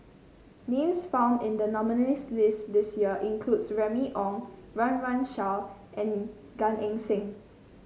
names found in the nominees' list this year includes Remy Ong Run Run Shaw and Gan Eng Seng